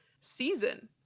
season